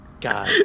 God